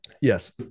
Yes